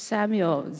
Samuel